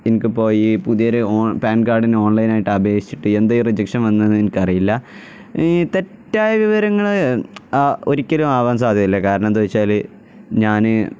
എനിക്ക് പോയി പുതിയൊരു പാൻ കാർഡിന് ഓൺലൈനായിട്ട് അപേക്ഷിച്ചിട്ട് എന്തേ റിജെക്ഷൻ വന്നതെന്നെനിക്കറിയില്ല ഈ തെറ്റായ വിവരങ്ങള് ഒരിക്കലും ആവാൻ സാധ്യതയില്ല കാരണം എന്താണെന്നുവച്ചാല് ഞാന്